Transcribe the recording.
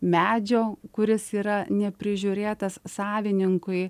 medžio kuris yra neprižiūrėtas savininkui